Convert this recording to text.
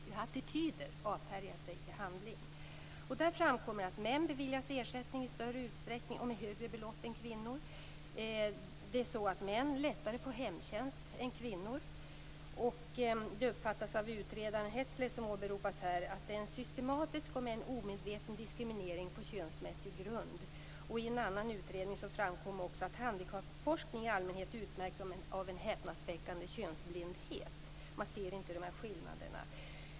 Det framkommer då att män i större utsträckning än kvinnor beviljas ersättning och med högre belopp. Män har lättare än kvinnor att få hemtjänst. Det uppfattas av utredaren att det är en systematisk om än omedveten diskriminering på könsmässig grund. I en annan utredning framkom också att handikappforskning i allmänhet utmärks av en häpnadsväckande könsblindhet. Man ser inte dessa skillnader.